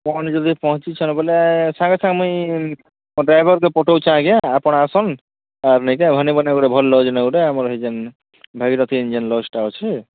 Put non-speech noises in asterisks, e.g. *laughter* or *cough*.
ଆପଣମାନେ ଯଦି ପହଞ୍ଚିଛନ୍ ବୋଲେ ସାଙ୍ଗେ ସାଙ୍ଗେ ମୁଇଁ ମୋର୍ ଡ୍ରାଇଭର୍କେ ପଠଉଛି ଆଜ୍ଞା ଆପଣ ଆସନ୍ ଆର୍ ନେଇକେ *unintelligible* ଭଲ୍ ଲଜ୍ନେ ଗୋଟେ ଆମର୍ ଏଇ ଯେନ୍ ଭାଗୀରଥି ଯେନ୍ ଲଜ୍ଟା ଅଛି